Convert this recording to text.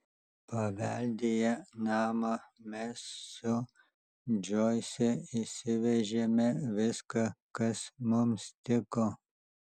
paveldėję namą mes su džoise išsivežėme viską kas mums tiko